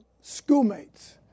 schoolmates